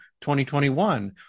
2021